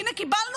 הינה, קיבלנו